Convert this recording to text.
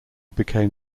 became